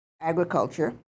agriculture